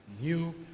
New